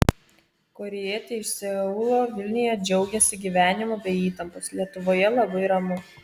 korėjietė iš seulo vilniuje džiaugiasi gyvenimu be įtampos lietuvoje labai ramu